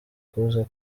kuza